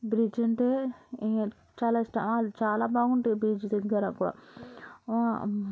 bridge ఉంటుంది ఇగ చాలా స్ట్రాం చాలా బాగుంటుంది బ్రిడ్జి దగ్గర ఒక